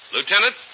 Lieutenant